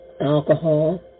alcohol